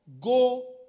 go